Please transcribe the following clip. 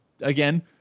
again